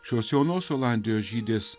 šios jaunos olandijos žydės